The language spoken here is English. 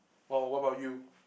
!wow! what about you